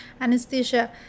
anesthesia